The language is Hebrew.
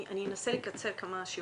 אני אנסה לקצר כמה שיותר.